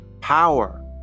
power